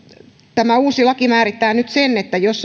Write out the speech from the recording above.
tämä uusi laki määrittää nyt sen että jos